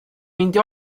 meindio